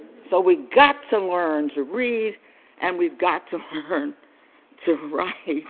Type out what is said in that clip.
so we got to learn to read and we've got to learn to write. yes.